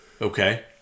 Okay